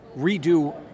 redo